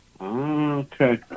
Okay